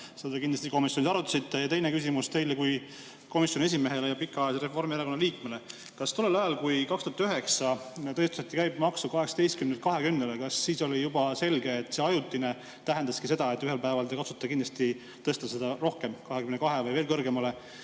Seda te kindlasti komisjonis arutasite. Ja teine küsimus teile kui komisjoni esimehele ja pikaajalisele Reformierakonna liikmele. Kas tollel ajal, kui 2009 tõsteti käibemaksu 18%‑lt 20%‑le, oli juba selge, et see ajutine tähendab seda, et ühel päeval te katsute kindlasti tõsta seda rohkem, 22%‑le või veel kõrgemale,